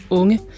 unge